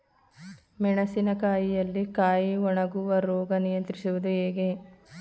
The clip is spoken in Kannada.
ಮೆಣಸಿನ ಕಾಯಿಯಲ್ಲಿ ಕಾಯಿ ಒಣಗುವ ರೋಗ ನಿಯಂತ್ರಿಸುವುದು ಹೇಗೆ?